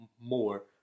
more